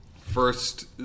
first